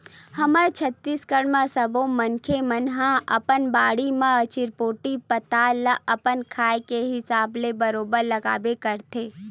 हमर छत्तीसगढ़ म सब्बो मनखे मन ह अपन बाड़ी म चिरपोटी पताल ल अपन खाए के हिसाब ले बरोबर लगाबे करथे